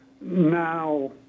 now